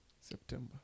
September